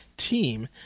team